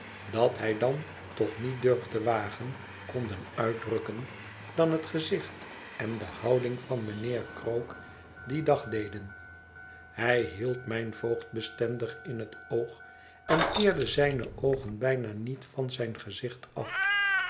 dat hij dan toch niet durfde wagen konden uitdrukken dan het gezicht en de houding van mijnheer krook dien dag deden hij hield mijn voogd bestendig in het oog en keerde zijne oogen bijna niet van zijn gezicht af